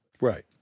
Right